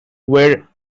were